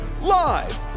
live